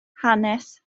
hanes